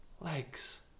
legs